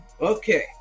Okay